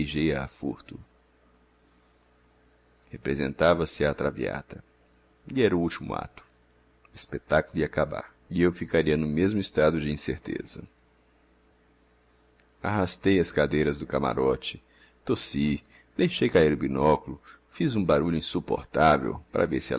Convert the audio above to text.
beijei-a a furto representava-se a traviata e era o último ato o espetáculo ia acabar e eu ficaria no mesmo estado de incerteza arrastei as cadeiras do camarote tossi deixei cair o binóculo fiz um barulho insuportável para ver se